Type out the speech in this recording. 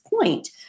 point